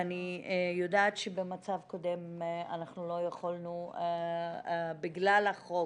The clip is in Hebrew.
ואני יודעת שמצב קודם אנחנו לא יכולנו בגלל החוק